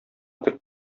тик